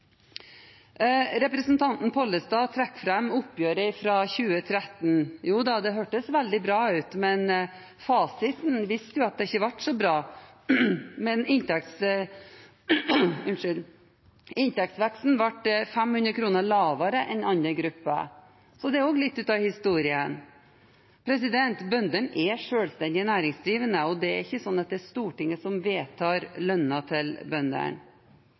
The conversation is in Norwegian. Representanten Pollestad trekker fram oppgjøret fra 2013. Joda, det hørtes veldig bra ut, men fasiten viste jo at det ikke ble så bra; inntektsveksten ble 500 kr lavere enn for andre grupper. Så det er også litt av historien. Bøndene er selvstendig næringsdrivende, og det er ikke Stortinget som vedtar lønna til